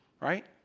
Right